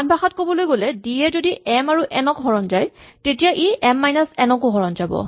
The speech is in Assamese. আনভাষাত ক'বলৈ গ'লে ডি এ যদি এম আৰু এন ক হৰণ যায় তেতিয়া ই এম মাইনাচ এন কো হৰণ যাব